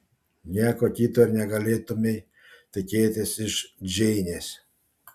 nieko kito ir negalėtumei tikėtis iš džeinės